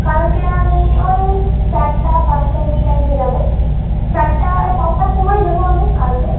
কালকে আমি ওই চারটে পাঁচটা এমনি টাইমে যাব চারটে চারটের সময়ই যাব আমি কালকে